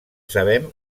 sabem